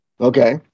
Okay